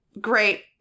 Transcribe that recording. Great